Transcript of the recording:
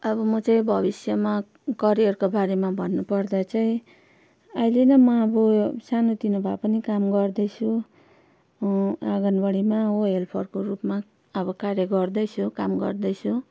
अब म चाहिँ भबिष्यमा करियरको बारेमा भन्नु पर्दा चाहिँ अहिले नै म अब सानोतिनो भए पनि काम गर्दैछु आँगनबाडीमा हो हेल्फरको रूपमा आबो कार्य गर्दैसु काम गर्दैसु